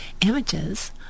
images